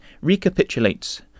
recapitulates